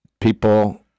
people